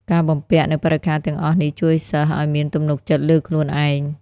ការបំពាក់នូវបរិក្ខារទាំងអស់នេះជួយសិស្សឱ្យមានទំនុកចិត្តលើខ្លួនឯង។